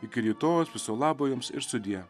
iki rytojaus viso labo jums ir sudie